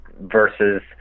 versus